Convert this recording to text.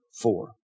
four